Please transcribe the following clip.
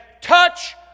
touch